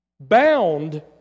Bound